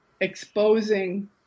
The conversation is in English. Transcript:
exposing